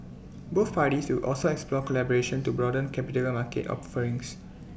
both parties will also explore collaboration to broaden capital market offerings